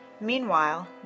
Meanwhile